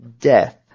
death